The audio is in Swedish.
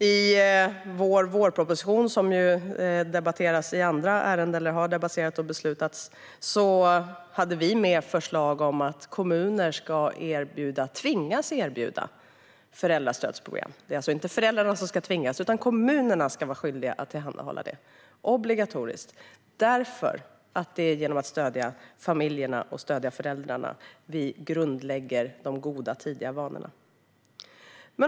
I vår vårproposition som har debatterats och beslutats i andra ärenden hade vi med förslag om att kommuner ska tvingas erbjuda föräldrastödsprogram. Det är alltså inte föräldrarna som ska tvingas till något, utan det ska vara obligatoriskt för kommunerna att tillhandahålla det, eftersom det är genom att stödja familjerna och föräldrarna som vi grundlägger de goda, tidiga vanorna.